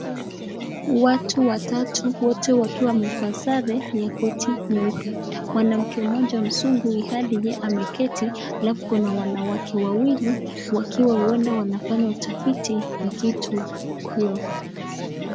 Watu watatu wote wakiwa wamevaa sare za koti nyeupe. Mwanamke mmoja mzungu ameketi, alafu kuna wanawake wawili huenda wanafanya utafiti wa kitu hiyo.